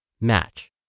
Match